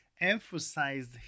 emphasized